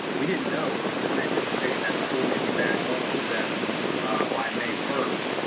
we didn't know, we were still anticipating that school may be back ah open by may first.